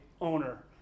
owner